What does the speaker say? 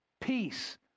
peace